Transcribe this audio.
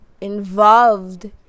involved